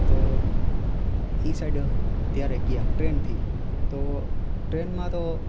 તો એ સાઈડ ત્યારે ગયા ટ્રેનથી તો ટ્રેનમાં તો